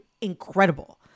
incredible